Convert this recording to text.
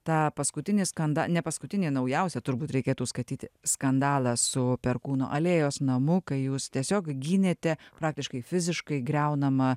tą paskutinį skanda ne paskutinį naujausią turbūt reikėtų skaityti skandalą su perkūno alėjos namu kai jūs tiesiog gynėte praktiškai fiziškai griaunamą